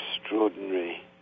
extraordinary